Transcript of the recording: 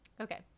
okay